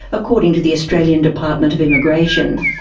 according to the australian department of immigration.